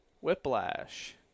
Whiplash